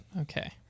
Okay